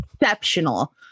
exceptional